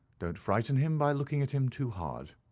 don't frighten him by looking at him too hard.